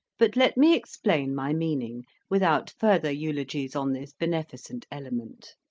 but let me explain my meaning, without further eulogies on this beneficent element.